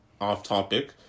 off-topic